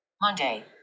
Monday